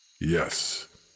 Yes